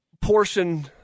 portion